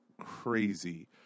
crazy